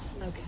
Okay